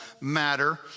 matter